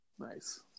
Nice